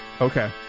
Okay